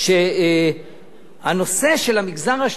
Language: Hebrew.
שהנושא של המגזר השלישי,